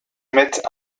mettent